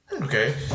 Okay